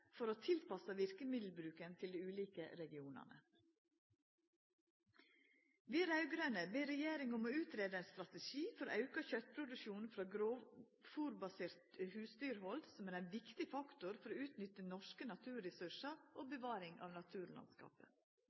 for å tilpassa verkemiddelbruken til dei ulike regionane. Vi raud-grøne ber regjeringa om å greia ut ein strategi for å auka kjøttproduksjonen frå grovfôrbasert husdyrhald, som er ein viktig faktor for å utnytta norske naturressursar og bevaring av